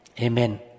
Amen